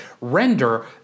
render